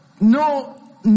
no